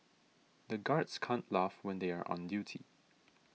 the guards can't laugh when they are on duty